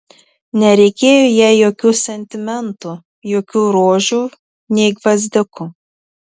nereikėjo jai jokių sentimentų jokių rožių nei gvazdikų